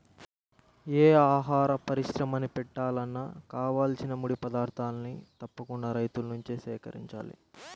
యే ఆహార పరిశ్రమని బెట్టాలన్నా కావాల్సిన ముడి పదార్థాల్ని తప్పకుండా రైతుల నుంచే సేకరించాల